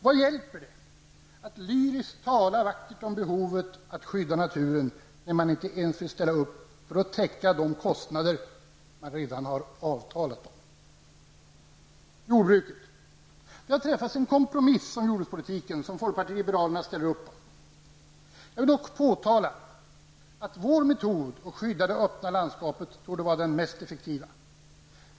Vad hjälper det att lyriskt tala vackert om behovet att skydda naturen, när man inte ens vill ställa upp för att täcka de kostnader man redan har avtalat om? Det har träffats en kompromiss om jordbrukspolitiken, som folkpartiet liberalerna ställer sig bakom. Jag vill dock påpeka att vår metod att skydda det öppna landskapet torde vara den mest effektiva.